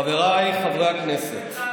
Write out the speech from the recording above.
ותתחיל מזה שבגדה, חבריי חברי הכנסת,